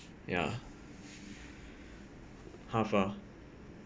ya half lah